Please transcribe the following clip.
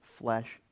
flesh